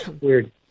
Weird